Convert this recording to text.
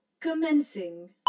Commencing